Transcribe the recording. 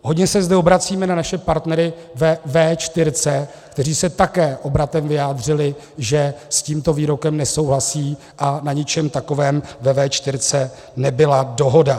Hodně se zde obracíme na naše partnery ve V4, kteří se také obratem vyjádřili, že s tímto výrokem nesouhlasí a na ničem takovém ve V4 nebyla dohoda.